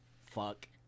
fuck